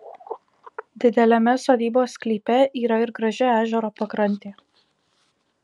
dideliame sodybos sklype yra ir graži ežero pakrantė